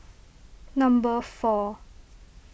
number four